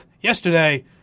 yesterday